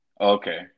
Okay